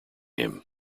him